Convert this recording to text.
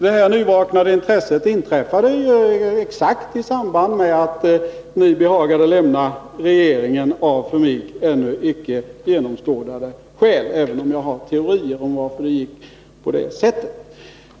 Detta nyvaknade intresse uppstod exakt i samband med att ni behagade lämna regeringen, av skäl som jag ännu icke har genomskådat — även om jag har teorier om varför det blev så som skedde.